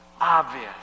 Obvious